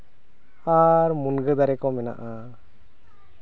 ᱟᱨ ᱢᱩᱱᱜᱟᱹ ᱫᱟᱨᱮ ᱠᱚ ᱢᱮᱱᱟᱜᱼᱟ